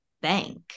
bank